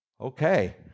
okay